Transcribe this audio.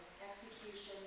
execution